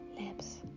lips